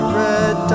red